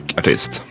artist